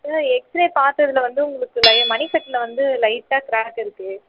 இல்லை எக்ஸ்ரே பார்த்ததுல வந்து உங்களுக்கு லை மணிக்கட்டில் வந்து லைட்டா க்ராக் இருக்குது